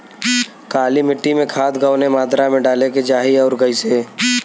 काली मिट्टी में खाद कवने मात्रा में डाले के चाही अउर कइसे?